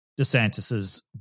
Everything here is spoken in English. DeSantis's